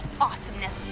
awesomeness